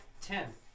Ten